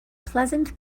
pleasant